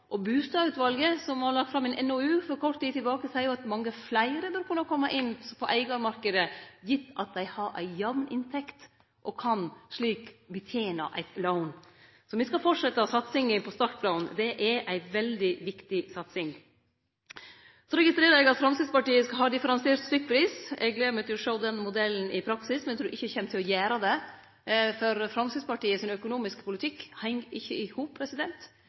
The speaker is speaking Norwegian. Og bustadutvalet, som la fram ein NOU for kort tid sidan, seier at mange fleire bør kunne kome inn på eigarmarknaden, gitt at dei har ei jamn inntekt og slik kan betene eit lån. Så me skal halde fram med satsinga på startlån. Det er ei veldig viktig satsing. Så registrerer eg at Framstegspartiet vil ha differensiert stykkpris. Eg gler meg til å sjå den modellen i praksis, men eg trur ikkje eg kjem til å gjere det, for Framstegspartiets økonomiske politikk heng ikkje i hop.